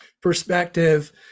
perspective